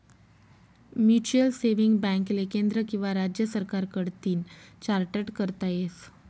mutual saving बॅकले केंद्र किंवा राज्य सरकार कडतीन चार्टट करता येस